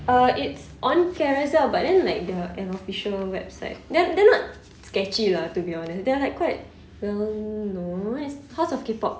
uh it's on Carousell but then like they're an official website they're they're not sketchy lah to be honest they're like quite well-known it's house of K-pop